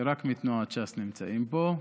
שרק מתנועת ש"ס נמצאים פה,